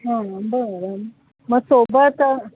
हां बरं मग सोबत